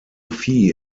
fee